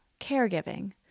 caregiving